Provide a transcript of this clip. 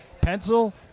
Pencil